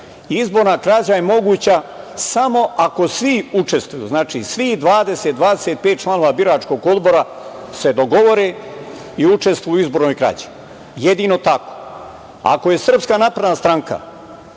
Izborna krađa je moguća samo ako svi učestvuju, znači svih 20-25 članova biračkog odbora se dogovore i učestvuju u izbornoj krađi, jedino tako. Ako je SNS u stanju